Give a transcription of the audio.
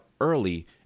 early